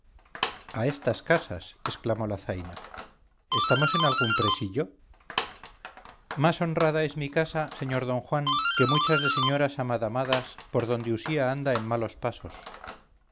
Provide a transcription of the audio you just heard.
a estas casas exclamó la zaina estamos en algún presillo más honrada es mi casa sr d juan que muchas de señoras amadamadas por donde usía anda en malos pasos